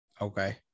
Okay